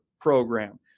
program